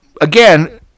again